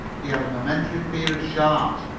he had a momentary fear of sharks,